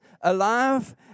alive